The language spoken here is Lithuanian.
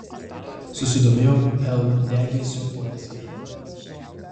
susidomėjau l degėsio poezija